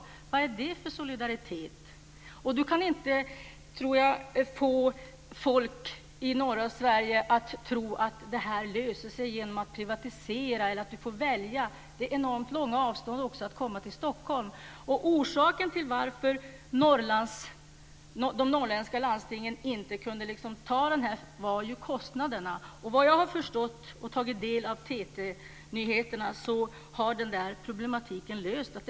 Vad är det för solidaritet? Jag tror inte att Gunnar Hökmark kan få folk i norra Sverige att tro att det här löser sig genom att privatisera eller att du får välja. Det är enormt långa avstånd också för att komma till Stockholm. Orsaken till att de norrländska landstingen inte kunde acceptera det här alternativet var ju kostnaderna. Såvitt jag har förstått efter att ha tagit del av TT nyheterna har den problematiken lösts.